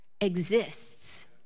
exists